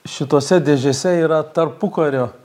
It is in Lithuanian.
šitose dėžėse yra tarpukario